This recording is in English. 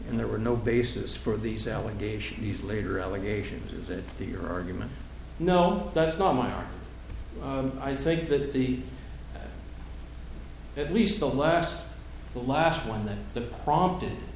and there were no basis for these allegations later allegations is that the your argument no that's not mine i think that the at least the last the last one that the prompted